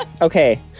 Okay